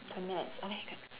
twenty minutes okay